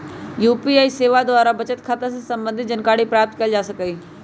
UPI सेवा द्वारा बचत खता से संबंधित जानकारी प्राप्त कएल जा सकहइ